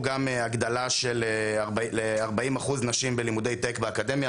גם הגדלה ל-40% נשים בלימודי טק באקדמיה.